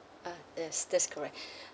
uh that's that's correct